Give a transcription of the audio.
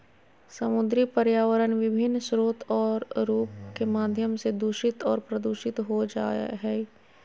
समुद्री पर्यावरण विभिन्न स्रोत और रूप के माध्यम से दूषित और प्रदूषित हो जाय हइ